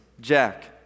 Jack